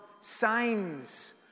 signs